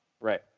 Right